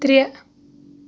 ترٛےٚ